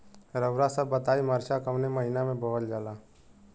रउआ सभ बताई मरचा कवने महीना में बोवल जाला?